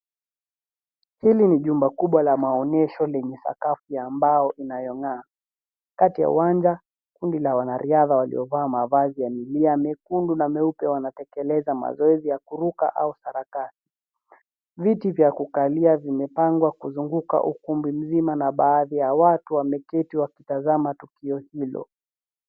Hili ni jumba kubwa la maonyesho lenye sakafu ya mbao inayong'aa. Kati ya uwanja hili la wana riadha, waliovaa mavazi ya milia mekundu na meupe wanatekeleza mazoezi ya kuruka au sarakasi. Viti vya kukalia vimepangwa kuzunguka ukumbi mzima na baadhi ya watu wameketi wakitazama tukio hilo.